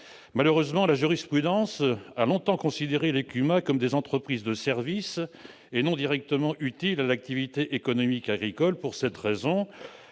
Malheureusement, la jurisprudence a longtemps considéré les CUMA comme des entreprises de services non directement utiles à l'activité économique agricole. Pour cette raison,